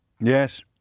Yes